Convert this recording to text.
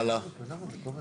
הלאה.